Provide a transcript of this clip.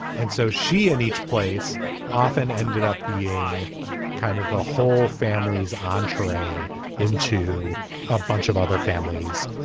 and so she and each place often ended up being kind of the whole family's entree into a bunch of other families.